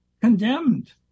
condemned